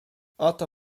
oto